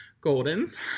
Goldens